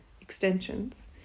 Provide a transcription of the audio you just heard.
Extensions